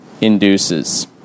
induces